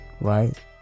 right